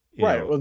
Right